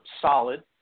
solid